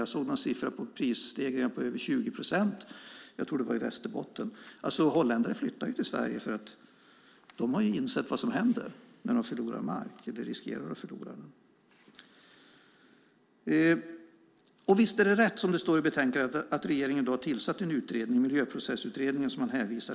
Jag har sett siffror på prisstegringar på över 20 procent i Västerbotten. Holländare flyttar till Sverige eftersom de har insett vad som händer när de riskerar att förlora mark. Visst är det riktigt som det står i betänkandet att regeringen har tillsatt en utredning - Miljöprocessutredningen.